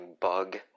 bug